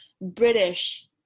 British